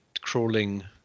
crawling